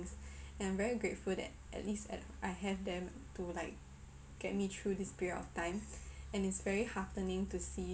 and I'm very grateful that at least at I have them to like get me through this period of time and it's very heartening to see